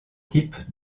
type